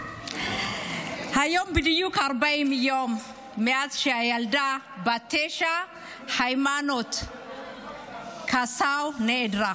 היום בדיוק 40 יום מאז שהילדה בת התשע היימנוט קסאו נעלמה.